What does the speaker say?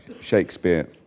Shakespeare